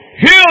Heal